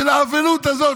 של האבלות הזאת,